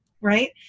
right